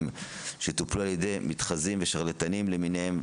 שטופלו על ידי מתחזים ושרלטנים למיניהם,